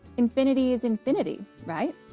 infinity is infinity, right?